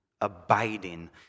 abiding